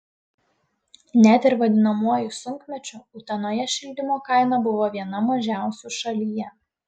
net ir vadinamuoju sunkmečiu utenoje šildymo kaina buvo viena mažiausių šalyje